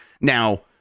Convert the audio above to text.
Now